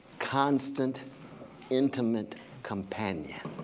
constant intimate companion.